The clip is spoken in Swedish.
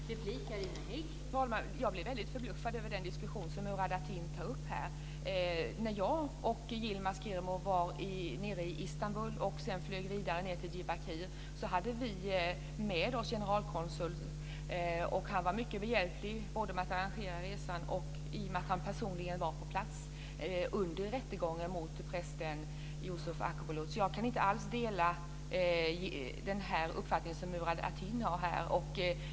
Fru talman! Jag blir väldigt förbluffad över den diskussion som Murad Artin tar upp här. När jag och Yilmaz Kerimo var nere i Istanbul och sedan flög vidare ned till Diyarbakir så hade vi med oss generalkonsuln. Han var mycket behjälplig både med att arrangera resan och i och med att han personligen var på plats under rättegången mot prästen Yusuf Akbulut. Jag kan alltså inte alls dela den uppfattning som Murad Artin har.